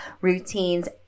routines